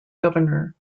governor